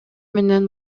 менен